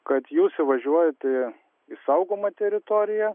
kad jūs įvažiuojate į saugomą teritoriją